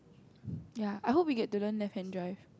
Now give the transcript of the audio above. ya I hope we get to learn left hand drive